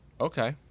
okay